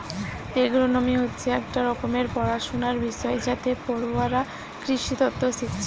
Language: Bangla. এগ্রোনোমি হচ্ছে একটা রকমের পড়াশুনার বিষয় যাতে পড়ুয়ারা কৃষিতত্ত্ব শিখছে